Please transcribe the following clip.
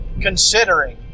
considering